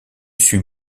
suis